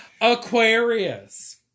Aquarius